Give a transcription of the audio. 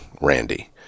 Randy